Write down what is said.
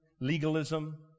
legalism